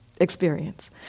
experience